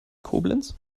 koblenz